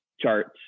charts